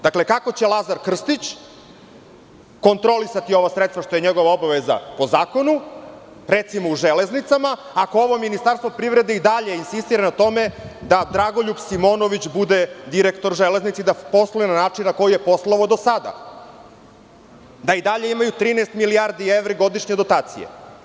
Dakle, kako će Lazar Krstić kontrolisati ova sredstava što je njegova obaveza po zakonu, recimo u „Železnicama“, ako ovo Ministarstvo privrede i dalje insistira na tome da Dragoljub Simonović bude direktor „Železnice“ i da posluje na način na koji je poslovao do sada, da i dalje imaju 13 milijardi evra i godišnje dotacije.